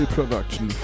Production